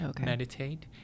meditate